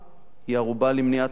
היא ערובה למניעת מלחמות.